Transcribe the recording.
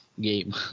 game